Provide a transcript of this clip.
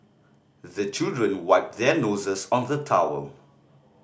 the children wipe their noses on the towel